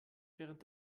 während